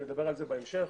נדבר על זה בהמשך.